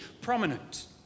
prominent